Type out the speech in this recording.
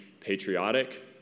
patriotic